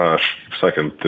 aš taip sakant